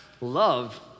love